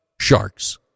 Sharks